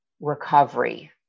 recovery